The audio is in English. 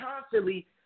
constantly